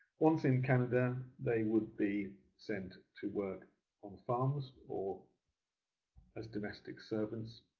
once in canada, they would be sent to work on farms or as domestic servants